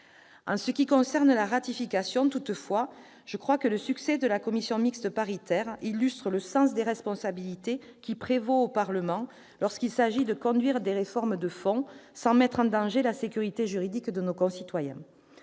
En ce qui concerne la ratification, toutefois, je crois que le succès de la commission mixte paritaire illustre le sens des responsabilités qui prévaut au Parlement, lorsqu'il s'agit de conduire des réformes de fond sans mettre en danger la sécurité juridique de nos concitoyens.